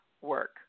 work